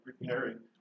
preparing